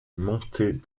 montés